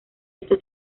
esto